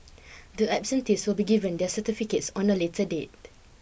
the absentees will be given their certificates on a later date